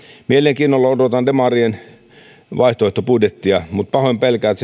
mielenkiinnolla odotan demarien vaihtoehtobudjettia mutta pahoin pelkään